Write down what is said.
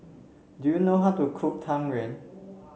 do you know how to cook Tang Yuen